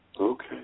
Okay